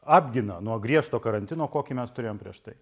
apgina nuo griežto karantino kokį mes turėjom prieš tai